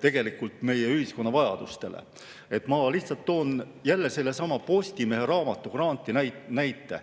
tegelikult meie ühiskonna vajadustele. Ma lihtsalt toon jälle sellesama Postimehe raamatugrandi näite.